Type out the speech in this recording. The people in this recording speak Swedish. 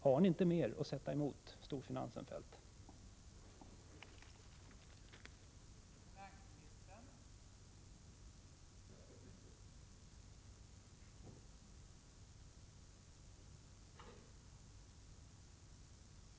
Har ni inte mer att sätta emot storfinansen, Kjell-Olof Feldt?